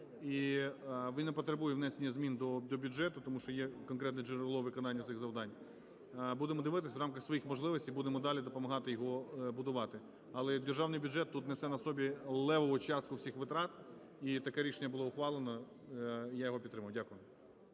І він не потребує внесення змін до бюджету, тому що є конкретне джерело виконань цих завдань. Будемо дивитися, в рамках свої можливостей будемо далі допомагати його будувати. Але державний бюджет тут несе на собі левову частку всіх витрат, і таке рішення було ухвалено, і я його підтримаю. Дякую.